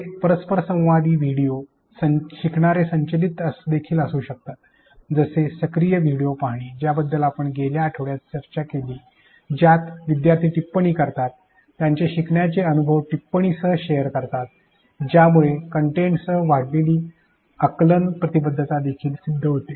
हे परस्परसंवादी व्हिडिओ शिकणारे संचलित देखील असू शकतात जसे सक्रिय व्हिडिओ पाहणे ज्याबद्दल आपण गेल्या आठवड्यात चर्चा केली ज्यात विद्यार्थी टिप्पणी करतात त्यांचे शिकण्याचे अनुभव टिप्पणीसह शेअर करतात यामुळे कंटेंटसह वाढलेली आकलनीय प्रतिबद्धता देखील सिद्ध होते